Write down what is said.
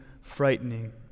frightening